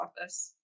office